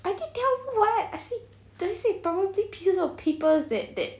I keep tell you why I say probably pieces of papers that that